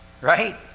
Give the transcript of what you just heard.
right